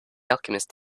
alchemist